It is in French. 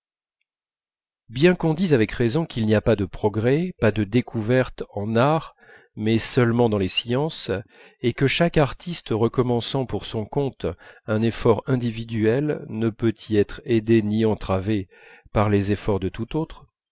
bien qu'on dise avec raison qu'il n'y a pas de progrès pas de découvertes en art mais seulement dans les sciences et que chaque artiste recommençant pour son compte un effort individuel ne peut y être aidé ni entravé par les efforts de tout autre